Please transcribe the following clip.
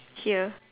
here